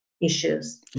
issues